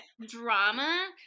drama